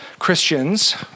Christians